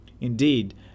Indeed